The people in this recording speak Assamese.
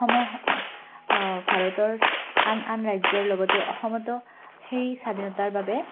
অসম ভাৰতৰ আন আন ৰাজ্যৰ লগতে অসমতো সেই স্বাধীনতাৰ বাবে